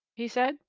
he said.